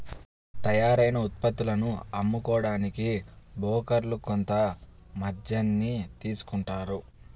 తయ్యారైన ఉత్పత్తులను అమ్మడానికి బోకర్లు కొంత మార్జిన్ ని తీసుకుంటారు